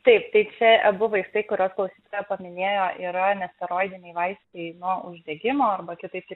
taip tai čia abu vaistai kuriuos klausytoja paminėjo yra nesteroidiniai vaistai nuo uždegimo arba kitaip